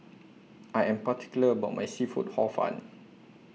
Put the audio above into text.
I Am particular about My Seafood Hor Fun